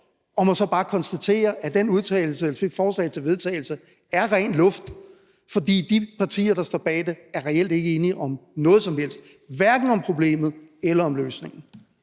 og må så bare konstatere, at det forslag til vedtagelse er ren luft, fordi de partier, der står bag det, reelt ikke er enige om noget som helst – hverken om problemet eller om løsningen.